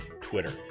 Twitter